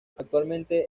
actualmente